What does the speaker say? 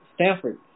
Stanford